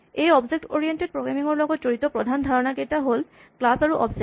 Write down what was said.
এই object oriented programming ৰ লগত জড়িত প্ৰধান ধাৰণাকেইটা হ'ল ক্লাচ আৰু অবজেক্ট